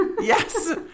Yes